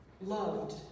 loved